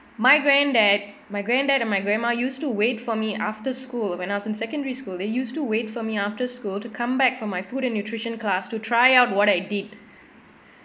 my granddad my granddad and my grandma used to wait for me after school when I was in secondary school they used to wait for me after school to come back from my food and nutrition class to try out what I did